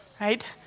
Right